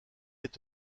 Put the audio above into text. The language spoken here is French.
est